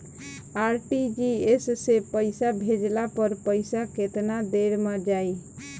RTGS से पईसा भेजला पर पईसा केतना देर म जाई?